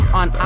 on